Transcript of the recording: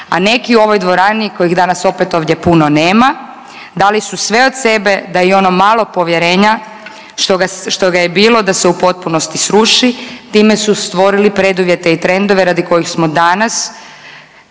a neki u ovoj dvorani kojih danas opet ovdje puno nema dali su sve od sebe da i ono malo povjerenja što ga je bilo da se u potpunosti sruši. Time su stvorili preduvjete i trendove radi kojih smo danas